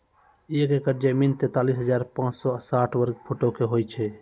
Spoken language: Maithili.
एक एकड़ जमीन, तैंतालीस हजार पांच सौ साठ वर्ग फुटो के होय छै